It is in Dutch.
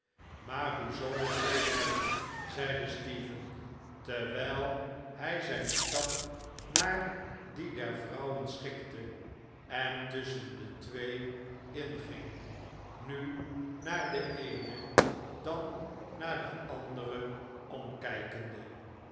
maar hoe zoo met rachel zeide stephen terwijl hij zijn stap naar dien der vrouwen schikte en tusschen de twee in ging nu naar de eene en dan naar de andere omkijkende